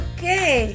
Okay